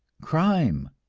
crime.